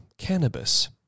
cannabis